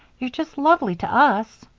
you're just lovely to us.